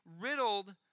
riddled